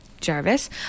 Jarvis